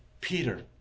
Peter